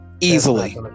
Easily